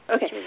Okay